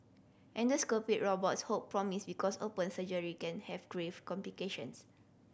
endoscopic robots hold promise because open surgery can have grave complications